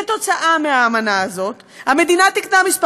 בעקבות האמנה הזאת המדינה תיקנה כמה